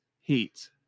heat